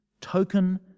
token